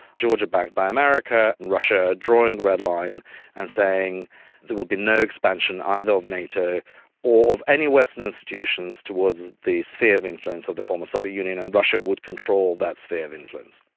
georgia backed by america, and russia drawing a red line and saying there will be no expansion either of nato or of any western institutions towards the sphere of influence of the former soviet union, and russia would control that sphere of influence.